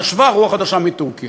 נשבה רוח חדשה מטורקיה.